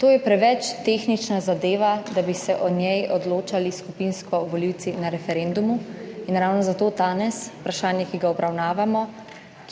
To je preveč tehnična zadeva, da bi se o njej odločali skupinsko volivci na referendumu in ravno zato danes vprašanje, ki ga obravnavamo,